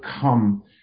come